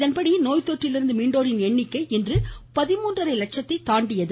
இதன்படி நோய்த்தொற்றிலிருந்து மீண்டோரின் எண்ணிக்கை இன்ற பதின்மூன்றரை லட்சத்தை தாண்டியுள்ளது